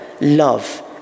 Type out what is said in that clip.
love